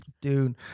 Dude